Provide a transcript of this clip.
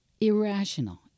irrational